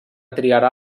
triarà